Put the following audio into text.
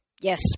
Yes